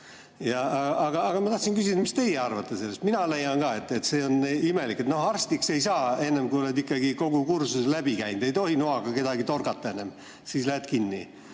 Aga ma tahtsin küsida, mis teie arvate sellest. Mina leian ka, et see on imelik. Arstiks ei saa enne, kui oled ikkagi kogu kursuse läbi käinud, ei tohi enne noaga kedagi torgata, muidu lähed kinni.